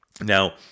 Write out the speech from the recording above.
Now